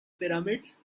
pyramids